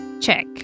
check